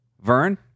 Vern